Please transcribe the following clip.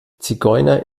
zigeuner